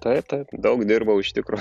taip taip daug dirbau iš tikro